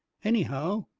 anyhow,